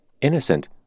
innocent